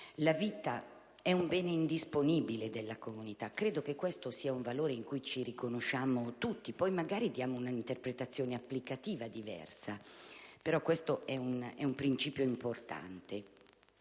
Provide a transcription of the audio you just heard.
La vita è un bene indisponibile della comunità: credo che questo sia un valore in cui ci riconosciamo tutti, anche se poi diamo un'interpretazione applicativa diversa; ritengo, però, che sia un principio importante,